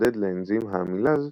המקודד לאנזים העמילאז,